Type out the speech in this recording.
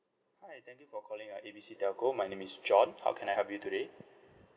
hi thank you for calling our A B C telco my name is john how can I help you today